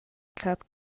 crap